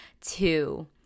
two